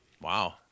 Wow